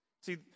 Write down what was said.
See